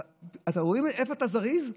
אתה רואה איפה אתה זריז,